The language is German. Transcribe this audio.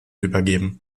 übergeben